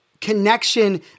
connection